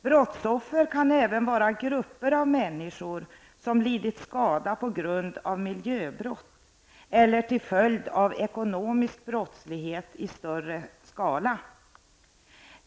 Brottsoffer kan även vara grupper av människor som lidit skada på grund av miljöbrott eller till följd av ekonomisk brottslighet i större skala.